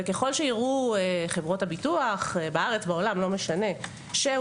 וככל שיראו חברות הביטוח בארץ ובעולם שהופקו